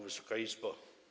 Wysoka Izbo!